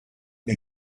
mir